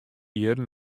jierren